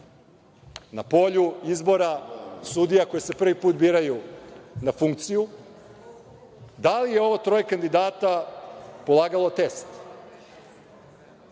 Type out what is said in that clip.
na polju izbora koji se prvi put biraju na funkciju, da li je ovo troje kandidata polagalo test?